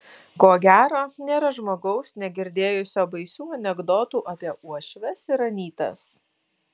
ko gero nėra žmogaus negirdėjusio baisių anekdotų apie uošves ir anytas